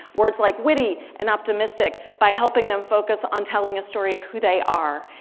words like witty and optimistic by helping them focus on telling a story of who they are.